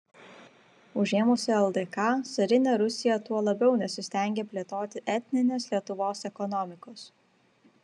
užėmusi ldk carinė rusija tuo labiau nesistengė plėtoti etninės lietuvos ekonomikos